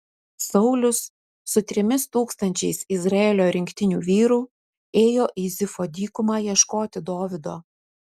saulius su trimis tūkstančiais izraelio rinktinių vyrų ėjo į zifo dykumą ieškoti dovydo